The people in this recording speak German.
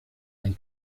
ein